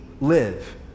live